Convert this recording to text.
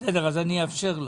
בסדר, אז אני אאפשר לך.